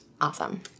Awesome